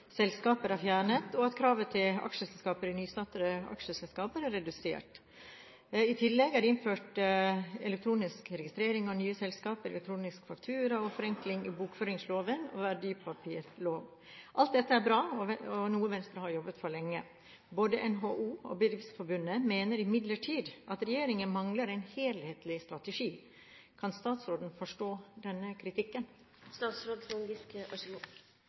redusert. I tillegg er det innført elektronisk registrering av nye selskaper, elektronisk faktura og forenkling i bokføringslov og verdipapirlov. Alt dette er bra og noe Venstre har jobbet for lenge. Både NHO og Bedriftsforbundet mener imidlertid at regjeringen mangler en helhetlig strategi. Kan statsråden forstå denne